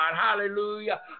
Hallelujah